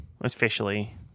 Officially